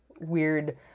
weird